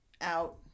out